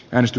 ensin